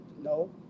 no